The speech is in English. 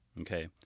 Okay